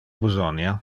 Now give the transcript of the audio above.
besonia